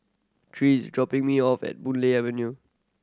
Tre is dropping me off at Boon Lay Avenue